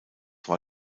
war